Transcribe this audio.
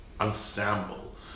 ensemble